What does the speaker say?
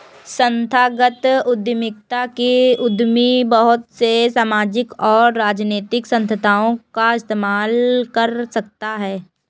संस्थागत उद्यमिता में उद्यमी बहुत से सामाजिक और राजनैतिक संस्थाओं का इस्तेमाल कर सकता है